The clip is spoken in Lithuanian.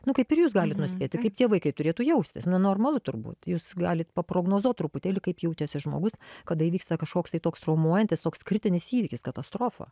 nu kaip ir jūs gali nuspėti kaip tie vaikai turėtų jaustis nu normalu turbūt jūs galit paprognozuot truputėlį kaip jaučiasi žmogus kada įvyksta kažkoks tai toks traumuojantis toks kritinis įvykis katastrofa